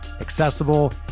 accessible